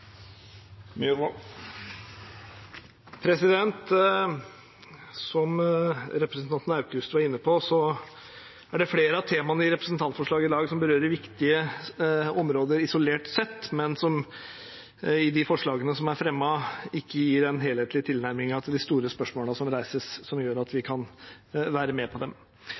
det flere av temaene i representantforslaget i dag som berører viktige områder isolert sett, men som i de forslagene som er fremmet, ikke gir den helhetlige tilnærmingen til de store spørsmålene som reises, som gjør at vi kan være med på dem.